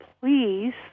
please